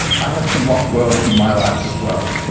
i have some lost worlds in my life as well.